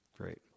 great